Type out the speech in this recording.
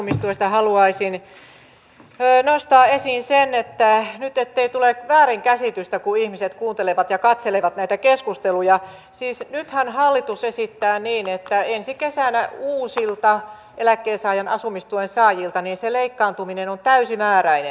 edelleenkin tästä eläkkeensaajan asumistuesta haluaisin nostaa esiin sen ettei nyt tule väärinkäsitystä kun ihmiset kuuntelevat ja katselevat näitä keskusteluja että nythän hallitus esittää niin että ensi kesänä uusilta eläkkeensaajan asumistuen saajilta se leikkaantuminen on täysimääräinen